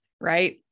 right